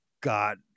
got